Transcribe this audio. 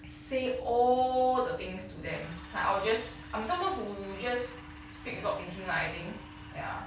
say all the things to them like I will just I'm someone who just speak without thinking lah I think ya